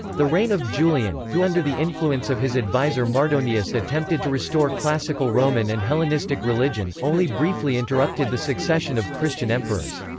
the reign of julian, who under the influence of his adviser mardonius attempted to restore classical roman and hellenistic religion, only briefly interrupted the succession of christian emperors.